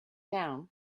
down